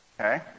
okay